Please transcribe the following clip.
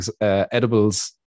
edibles